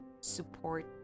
support